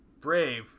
brave